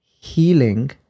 healing